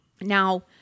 Now